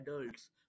adults